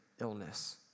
illness